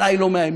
עליי לא מאיימים.